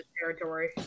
territory